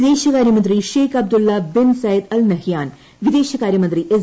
E വിദേശകാര്യമന്ത്രി Sheikh Abdullah bin Zayed Al Nahyan വിദേശകാര്യമന്ത്രി S